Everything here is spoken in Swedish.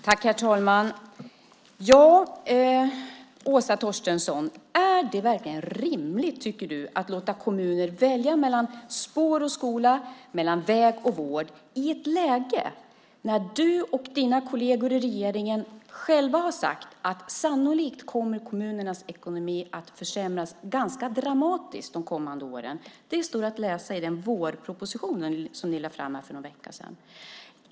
Herr talman! Är det verkligen rimligt, Åsa Torstensson, att låta kommuner välja mellan spår och skola och mellan väg och vård, i ett läge när du och dina kolleger i regeringen själva har sagt att kommunernas ekonomi sannolikt kommer att försämras ganska dramatiskt under de kommande åren? Det står att läsa i den vårproposition som ni lade fram för någon vecka sedan.